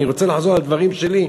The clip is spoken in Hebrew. אני רוצה לחזור על דברים שלי.